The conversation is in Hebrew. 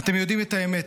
אתם יודעים את האמת.